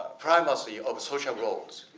primacy of social roles.